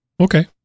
Okay